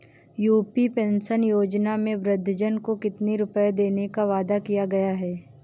UP pension योजना में वृद्धजन को कितनी रूपये देने का वादा किया गया है?